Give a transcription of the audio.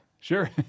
Sure